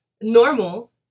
Normal